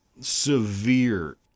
severe